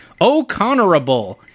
O'Connorable